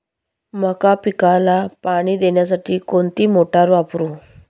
मका पिकाला पाणी देण्यासाठी कोणती मोटार वापरू?